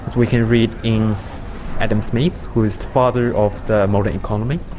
we can read in adam smith, who is father of the modern economy,